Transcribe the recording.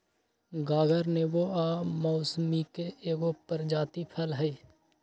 गागर नेबो आ मौसमिके एगो प्रजाति फल हइ